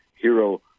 hero